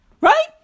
Right